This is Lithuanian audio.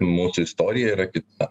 mūsų istorija yra kita